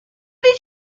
did